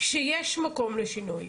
שיש מקום לשינוי,